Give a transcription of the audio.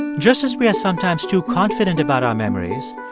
and just as we are sometimes too confident about our memories,